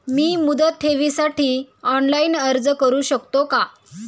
मी मुदत ठेवीसाठी ऑनलाइन अर्ज करू शकतो का?